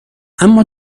اما